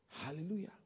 Hallelujah